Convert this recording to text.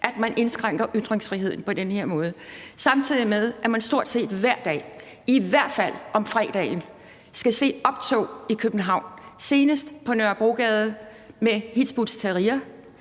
at man indskrænker ytringsfriheden på den her måde, samtidig med at man stort set hver dag, i hvert fald om fredagen, skal se optog i København, senest på Nørrebrogade, med Hizb ut-Tahrir.